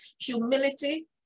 humility